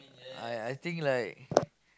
I I think like